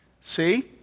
See